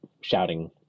shouting